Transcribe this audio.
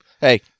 Hey